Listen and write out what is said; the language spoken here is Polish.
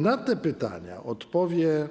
Na te pytania odpowie